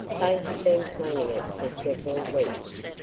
they had been planning it for several weeks,